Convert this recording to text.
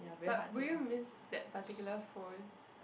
but will you miss that particular phone